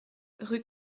rue